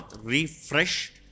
refresh